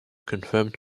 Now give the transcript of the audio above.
confirmed